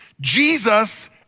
Jesus